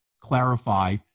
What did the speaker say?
clarify